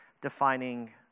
defining